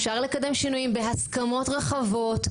אפשר לקדם שינויים בהסכמות רחבות,